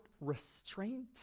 restraint